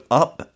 up